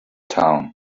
town